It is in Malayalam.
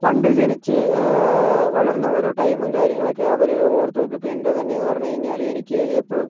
പണ്ട് ജനിച്ച് വളർന്ന ഓരോ ടൈമും കാര്യങ്ങളൊക്കെ അവര് ഓർത്ത് വെക്കും ഇപ്പോൾ എൻ്റേതുതന്നെയെന്ന് പറഞ്ഞു കഴിഞ്ഞാല് എനിക്ക് എപ്പോഴും